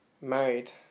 married